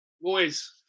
boys